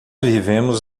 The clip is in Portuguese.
vivemos